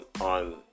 on